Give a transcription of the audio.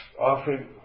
offering